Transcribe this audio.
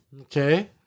Okay